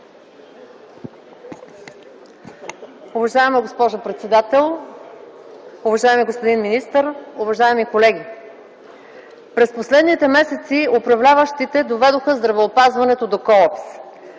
Уважаема госпожо председател, уважаеми господин министър, уважаеми колеги! През последните месеци управляващите доведоха здравеопазването до колапс.